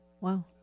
Wow